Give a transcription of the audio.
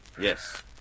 Yes